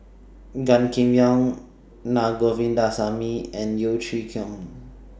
Gan Kim Yong Naa Govindasamy and Yeo Chee Kiong